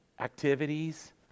activities